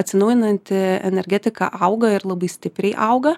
atsinaujinanti energetika auga ir labai stipriai auga